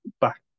back